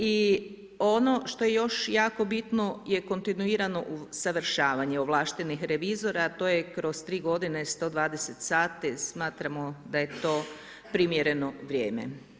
I ono što je još jako bitno je kontinuirano usavršavanje ovlaštenih revizora a to je kroz 3 godine 120 sati, smatramo da je to primjereno vrijeme.